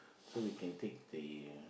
so we can take the